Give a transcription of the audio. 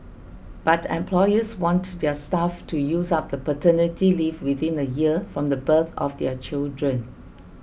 but employers want their staff to use up the paternity leave within a year from the birth of their children